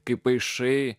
kai paišai